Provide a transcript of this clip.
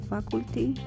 Faculty